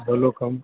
हलो कमु